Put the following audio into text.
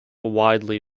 widely